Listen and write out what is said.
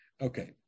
Okay